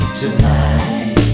tonight